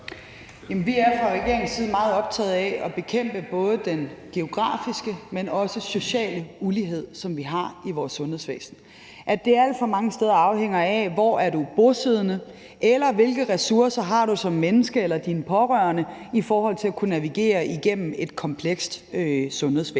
Vi er fra regeringens side meget optaget af at bekæmpe både den geografiske, men også sociale ulighed, som vi har i vores sundhedsvæsen, altså at det alt for mange steder afhænger af, hvor du er bosiddende, eller hvilke ressourcer du eller dine pårørende har som mennesker i forhold til at kunne navigere igennem et komplekst sundhedsvæsen.